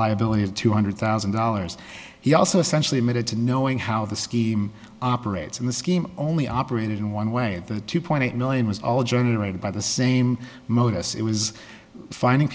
liability of two hundred thousand dollars he also centrally admitted to knowing how the scheme operates in the scheme only operated in one way the two point eight million was all generated by the same modus it was finding